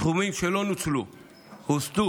סכומים שלא נוצלו הוסטו